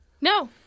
No